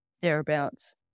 thereabouts